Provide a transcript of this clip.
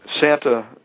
Santa